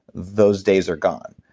those days are gone.